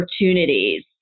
opportunities